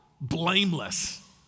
blameless